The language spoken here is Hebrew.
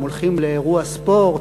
הם הולכים לאירוע ספורט,